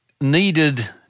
needed